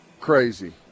crazy